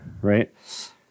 Right